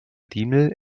diemel